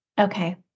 Okay